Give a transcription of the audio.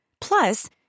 Plus